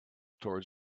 towards